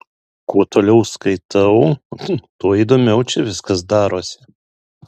kuo toliau skaitau tuo įdomiau čia viskas darosi